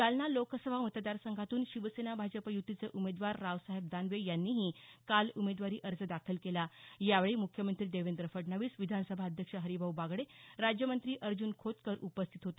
जालना लोकसभा मतदार संघातून शिवसेना भाजप यूतीचे उमेदवार रावसाहेब दानवे यांनीही काल उमेदवारी अर्ज दाखल केला यावेळी मुख्यमंत्री देवेंद्र फडणवीस विधानसभाध्यक्ष हरिभाऊ बागडे राज्यमंत्री अर्ज़न खोतकर उपस्थित होते